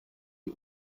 die